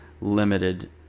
limited